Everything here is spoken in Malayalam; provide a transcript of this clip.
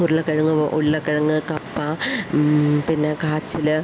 ഉരുളക്കിഴങ്ങ് ഉരുളക്കിഴങ്ങ് കപ്പ പിന്നെ കാച്ചില്